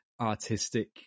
artistic